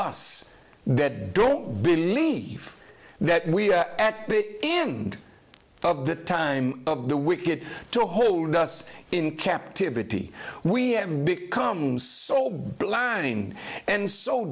us that don't believe that we at the end of the time of the wicked to hold us in captivity we have become so blind and so